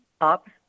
up